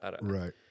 Right